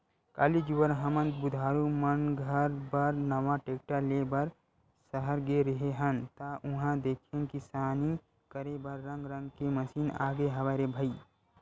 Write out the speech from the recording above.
काली जुवर हमन बुधारु मन घर बर नवा टेक्टर ले बर सहर गे रेहे हन ता उहां देखेन किसानी करे बर रंग रंग के मसीन आगे हवय रे भई